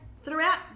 throughout